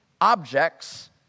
objects